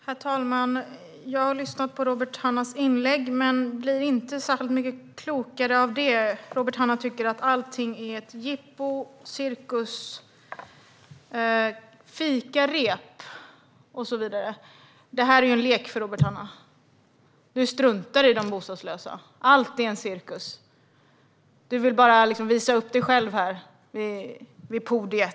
Herr talman! Jag har lyssnat på Robert Hannahs inlägg, men jag blir inte särskilt mycket klokare av det. Robert Hannah tycker att allting är ett jippo, cirkus, fikarep och så vidare. Detta är en lek för Robert Hannah. Du struntar i de bostadslösa. Allt är en cirkus. Du vill bara visa upp dig själv här vid podiet.